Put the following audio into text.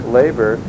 labor